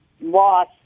loss